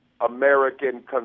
American